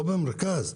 לא במרכז.